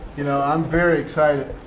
you know, i'm very excited.